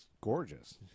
gorgeous